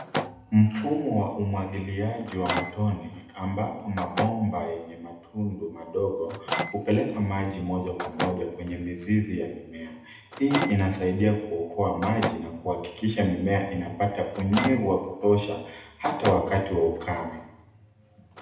Mfumo wa umwagiliaji wa matone, ambapo mabomba yenye matundu madogo hupeleka maji moja kwa moja kwenye mizizi ya mimea. Hii inasaidia kuokoa maji na kuhakikisha mimea inapata unyevu wa kutosha, hata wakati wa ukame.